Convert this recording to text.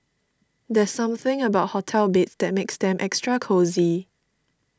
there's something about hotel beds that makes them extra cosy